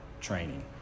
training